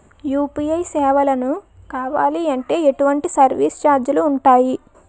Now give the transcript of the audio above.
UPI సేవలను కావాలి అంటే ఎటువంటి సర్విస్ ఛార్జీలు ఉంటాయి?